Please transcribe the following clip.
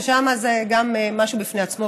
ששם זה משהו בפני עצמו,